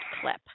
clip